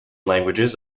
languages